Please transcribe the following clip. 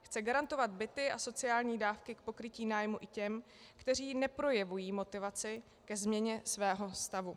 Chce garantovat byty a sociální dávky k pokrytí nájmu i těm, kteří neprojevují motivaci ke změně svého stavu.